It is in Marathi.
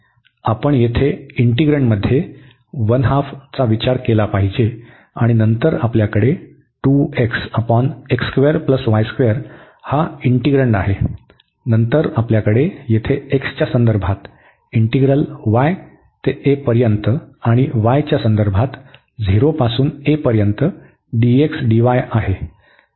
आपण येथे इंटिग्रन्डमध्ये 12 चा विचार केला पाहिजे आणि नंतर आपल्याकडे हा आपला इंटिग्रन्ड आहे नंतर आपल्याकडे येथे x च्या संदर्भात इंटीग्रल y ते a पर्यंत आणि y च्या संदर्भात 0 पासून a पर्यंत dx dy आहे